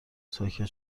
ساکت